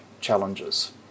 challenges